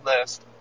list